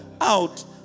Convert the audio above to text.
out